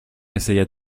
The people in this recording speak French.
essaya